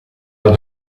alla